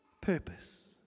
purpose